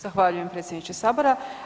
Zahvaljujem predsjedniče sabora.